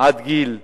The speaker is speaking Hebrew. עד גיל 24,